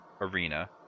arena